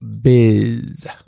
biz